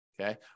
Okay